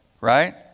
right